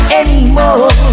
anymore